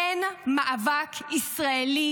אין מאבק ישראלי